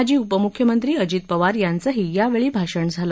माजी उपम्ख्यमंत्री अजित पवार यांचंही यावेळी भाषण झालं